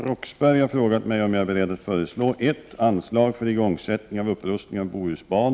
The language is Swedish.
Herr talman!